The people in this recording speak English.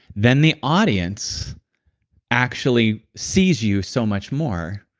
then the audience actually sees you so much more,